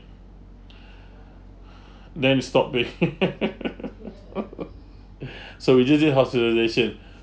then we stopped pay so we just did hospitalisation